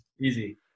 easy